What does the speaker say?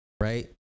Right